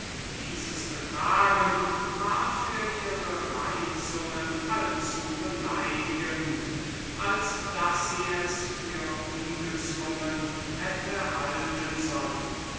dieses betragen war für ihre reizungen allzu beleidigend als daß sie es so gleich für ungezwungen hätte halten sollen